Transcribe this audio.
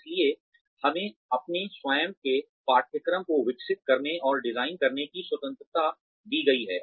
इसलिए हमें अपने स्वयं के पाठ्यक्रम को विकसित करने और डिजाइन करने की स्वतंत्रता दी गई है